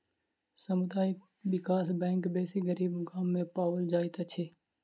समुदाय विकास बैंक बेसी गरीब गाम में पाओल जाइत अछि